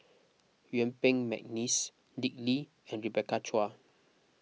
Yuen Peng McNeice Dick Lee and Rebecca Chua